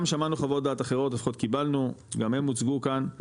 גם שמענו חוות דעת אחרות לפחות קיבלנו גם הם הוצגו כאן.